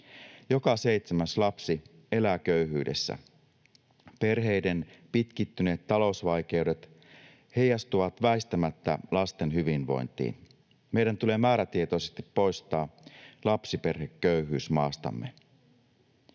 Joka seitsemäs lapsi elää köyhyydessä. Perheiden pitkittyneet talousvaikeudet heijastuvat väistämättä lasten hyvinvointiin. Meidän tulee määrätietoisesti poistaa lapsiperheköyhyys maastamme.